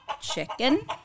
chicken